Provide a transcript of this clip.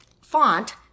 font